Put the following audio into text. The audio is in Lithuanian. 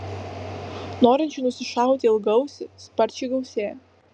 norinčių nusišauti ilgaausį sparčiai gausėja